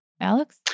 Alex